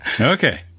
Okay